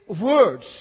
words